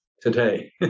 today